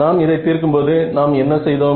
நாம் இதை தீர்க்கும் போது நாம் என்ன செய்தோம்